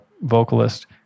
vocalist